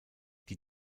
die